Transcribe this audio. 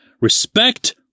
Respect